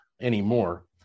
anymore